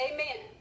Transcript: Amen